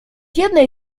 jednej